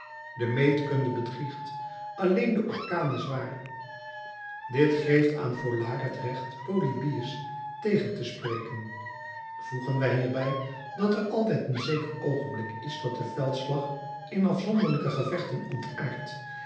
de meetkunde bedriegt alleen de orkaan is waar dit geeft aan folard het recht polybius tegen te spreken voegen wij hierbij dat er altijd een zeker oogenblik is dat de veldslag in afzonderlijke gevechten ontaardt